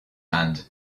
and